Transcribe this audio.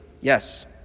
Yes